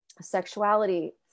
sexuality